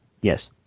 Yes